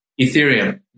Ethereum